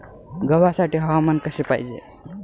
गव्हासाठी हवामान कसे पाहिजे?